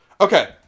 Okay